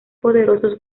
poderosos